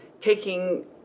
taking